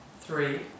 three